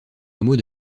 hameau